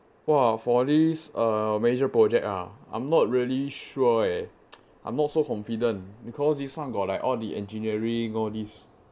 !wah! for this uh major project ah I'm not really sure eh I'm not so confident because this [one] got like all the engineering all these